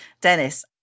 Dennis